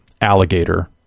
alligator